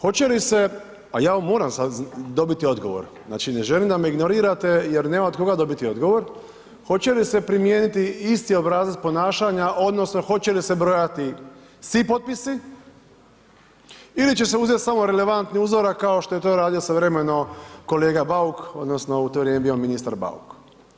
Hoće li se, a ja ovo moram sad dobiti odgovor, znači ne želim da me ignorirate jer nemam od koga dobiti odgovor, hoće li se primijeniti isti obrazac ponašanja odnosno hoće li se brojati svi potpisi ili će se uzeti samo relevantni uzorak kao što je to radio svojevremeno kolega Bauk odnosno u to vrijeme je bio ministar Bauk.